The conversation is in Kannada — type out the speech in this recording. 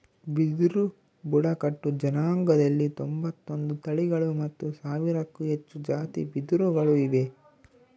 ಬಿದಿರು ಬುಡಕಟ್ಟು ಜನಾಂಗದಲ್ಲಿ ತೊಂಬತ್ತೊಂದು ತಳಿಗಳು ಮತ್ತು ಸಾವಿರಕ್ಕೂ ಹೆಚ್ಚು ಜಾತಿ ಬಿದಿರುಗಳು ಇವೆ